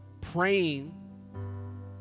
Praying